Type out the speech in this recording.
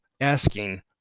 asking